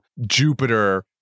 jupiter